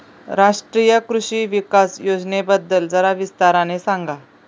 राष्ट्रीय कृषि विकास योजनेबद्दल जरा विस्ताराने सांगा